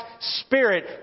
spirit